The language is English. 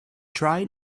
tried